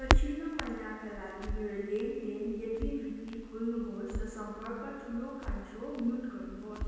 पछिल्लो महिनाका लागि मेरो लेनदेन इतिवृत्त खोल्नुहोस् र सम्पर्क ठुलो कान्छो म्युट गर्नुहोस्